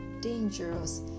dangerous